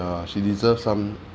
err she deserve some